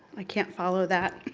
i can't follow that.